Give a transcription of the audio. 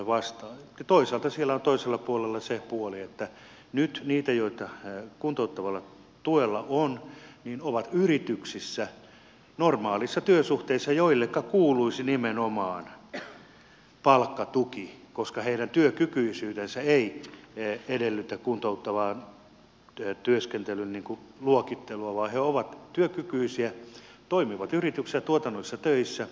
toisaalta siellä on toisella puolella se että nyt niitä joita kuntouttavalla tuella on on yrityksissä normaalissa työsuhteessa ja heille kuuluisi nimenomaan palkkatuki koska heidän työkykyisyytensä ei edellytä kuntouttavan työskentelyn luokittelua vaan he ovat työkykyisiä toimivat yrityksissä tuotannollisissa töissä